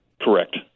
Correct